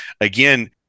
again